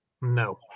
No